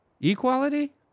Equality